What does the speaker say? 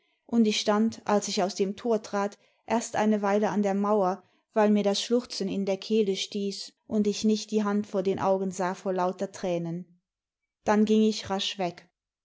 und ich stand als ich aus dem tor trat erst eine weile an der mauer weil mir das schluchzen in der kehle stieß und ich nicht die hand vor den augen sah vor lauter tränen dann ging ich rasch weg